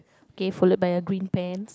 okay followed by a green pants